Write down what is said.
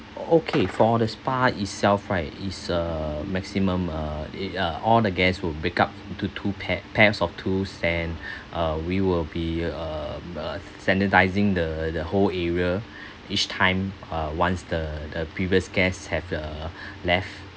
okay for the spa itself right is uh maximum uh it uh all the guests will break up into two pair pairs of two and uh we will be uh uh sanitising the the whole area each time uh once the the previous guests have uh left